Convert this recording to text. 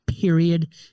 period